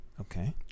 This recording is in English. Okay